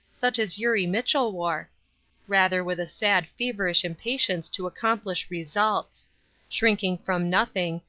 such as eurie mitchell wore rather with a sad feverish impatience to accomplish results shrinking from nothing,